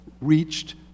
reached